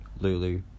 Lulu